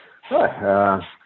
Hi